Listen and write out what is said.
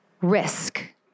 risk